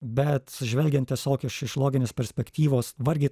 bet žvelgiant tiesiog iš iš loginės perspektyvos vargiai